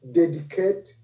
dedicate